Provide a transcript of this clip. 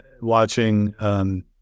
watching